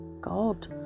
God